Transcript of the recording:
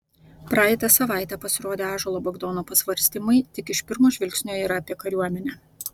praeitą savaitę pasirodę ąžuolo bagdono pasvarstymai tik iš pirmo žvilgsnio yra apie kariuomenę